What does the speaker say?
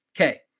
Okay